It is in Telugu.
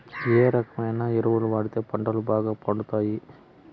ఏ రకమైన ఎరువులు వాడితే పంటలు బాగా పెరుగుతాయి?